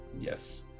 Yes